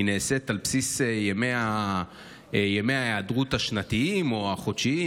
נעשית על בסיס ימי ההיעדרות השנתיים או החודשיים,